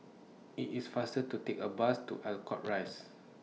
IT IS faster to Take A Bus to Ascot Rise